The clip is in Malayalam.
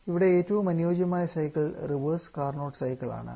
അവിടെ ഏറ്റവും അനുയോജ്യമായ സൈക്കിൾ റിവേഴ്സ് കാർനോട്ട് സൈക്കിൾ ആണ്